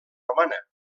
romana